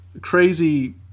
crazy